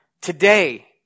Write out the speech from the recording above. Today